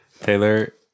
Taylor